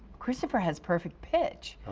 christopher has perfect pitch.